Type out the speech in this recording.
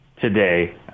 today